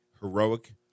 heroic